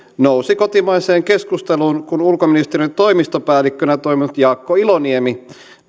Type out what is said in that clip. nousi kotimaiseen keskusteluun kun ulkoministeriön toimistopäällikkönä toiminut jaakko iloniemi